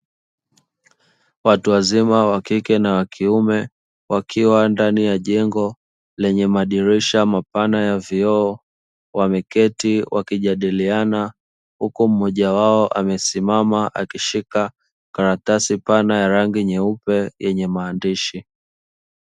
Watu wazima wa kike na wa kiume wakiwa ndani ya jengo lenye madirisha mapana ya vioo, wameketi wakijadiliana huku mmoja wao amesimama akishika karatasi pana nyeupe yenye maandishi.